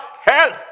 Help